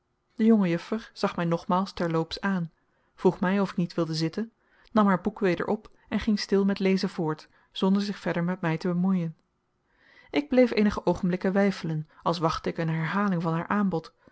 de jonge juffer zag mij nogmaals terloops aan vroeg mij of ik niet wilde zitten nam haar boek weder op en ging stil met lezen voort zonder zich verder met mij te bemoeien ik bleef eenige oogenblikken weifelen als wachtte ik een herhaling van haar aanbod